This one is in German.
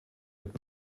mit